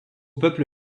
peuple